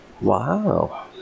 Wow